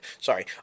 Sorry